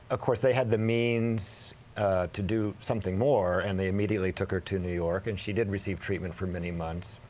of course, they had the means to do something more and they immediately took her to new york and she did receive treatment for many months